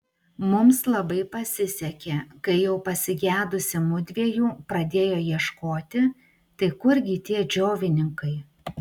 mums labai pasisekė kai jau pasigedusi mudviejų pradėjo ieškoti tai kurgi tie džiovininkai